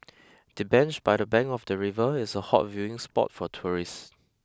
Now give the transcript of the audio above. the bench by the bank of the river is a hot viewing spot for tourists